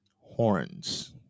Horns